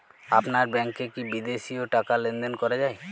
আপনার ব্যাংকে কী বিদেশিও টাকা লেনদেন করা যায়?